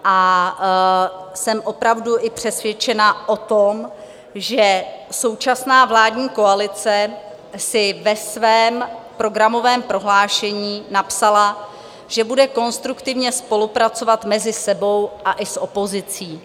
A jsem opravdu i přesvědčena o tom, že současná vládní koalice si ve svém programovém prohlášení napsala, že bude konstruktivně spolupracovat mezi sebou a i s opozicí.